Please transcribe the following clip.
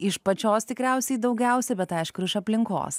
iš pačios tikriausiai daugiausiai bet aišku iš aplinkos